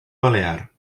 balear